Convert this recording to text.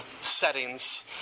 settings